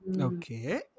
Okay